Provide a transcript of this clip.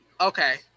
Okay